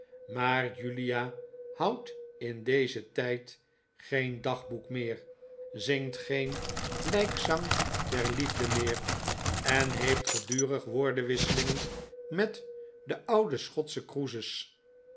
maar julia houdt in dezen tijd geen dagboek meer zingt geen ik besluit mijn geschiedenis lijkzang der liefde meer en heeft gedurig woordenwisselingen met den ouden schotschen croesus